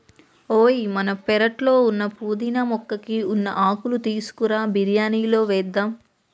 ఓయ్ మన పెరట్లో ఉన్న పుదీనా మొక్కకి ఉన్న ఆకులు తీసుకురా బిరియానిలో వేద్దాం